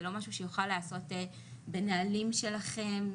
זה לא משהו שיוכל להיעשות בנהלים שלכם.